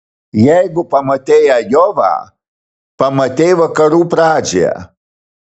jeigu pamatei ajovą pamatei vakarų pradžią